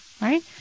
Right